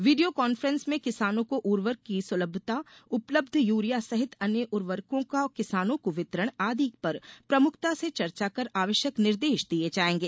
video conference में किसानो को उर्वरक की सुलभता उपलब्ध यूरिया सहित अन्य उर्वरकों का किसानों को वितरण आदि पर प्रमुखता से चर्चा कर आवश्यक निर्देश दिये जायेंगे